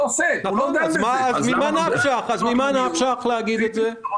אז ממה נפשך להגיד את זה?